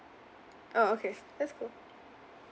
oh okay that's cool